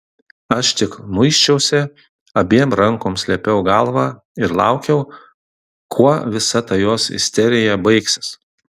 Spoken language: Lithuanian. aš tik muisčiausi abiem rankom slėpiau galvą ir laukiau kuo visa ta jos isterija baigsis